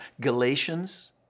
Galatians